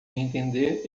entender